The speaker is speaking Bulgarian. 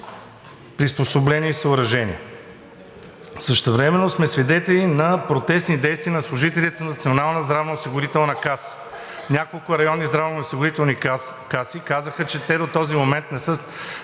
приспособления и съоръжения. Същевременно сме свидетели на протестни действия на служителите на Националната здравноосигурителна каса. Няколко районни здравноосигурителни каси казаха, че те до този момент нямат